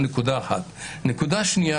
שנית,